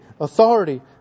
authority